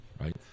right